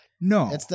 No